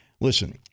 Listen